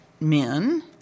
men